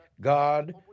God